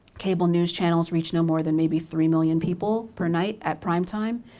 cable news channels reach no more than maybe three million people per night at primetime.